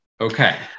okay